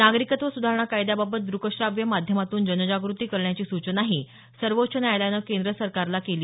नागरिकत्व सुधारणा कायद्याबाबत द्रकश्राव्य माध्यमातून जनजागृती करण्याची सूचनाही सर्वोच्च न्यायालयानं केंद्र सरकारला केली